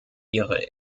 ihre